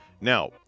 Now